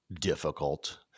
difficult